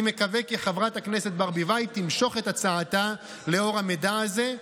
אני מקווה כי חברת הכנסת ברביבאי תמשוך את הצעתה לאור המידע הזה,